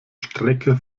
strecke